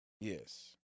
Yes